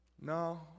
No